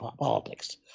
politics